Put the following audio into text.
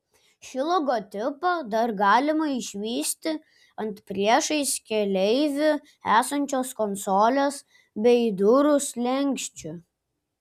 šį logotipą dar galima išvysti ant priešais keleivį esančios konsolės bei durų slenksčių